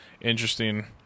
interesting